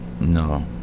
No